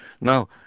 Now